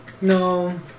No